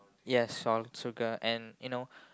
yes all sugar and you know